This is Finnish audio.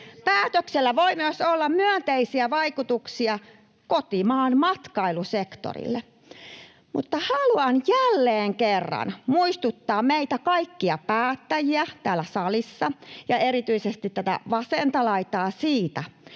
Päätöksellä voi myös olla myönteisiä vaikutuksia kotimaan matkailusektorille. Haluan jälleen kerran muistuttaa meitä kaikkia päättäjiä täällä salissa ja erityisesti vasenta laitaa siitä,